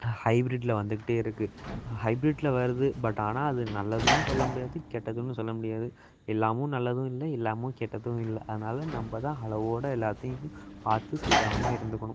ஹைபிரிட்டில் வந்துக்கிட்டே இருக்குது ஹைபிரிட்டில் வருது பட் ஆனால் அது நல்லதுன்னு சொல்ல முடியாது கெட்டதுன்னு சொல்ல முடியாது எல்லாம் நல்லதும் இல்லை எல்லாம் கெட்டதும் இல்லை அதனால் நம்ம தான் அளவோடு எல்லாத்தையும் பார்த்து சூதானமாக இருந்துக்கணும்